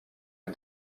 les